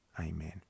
Amen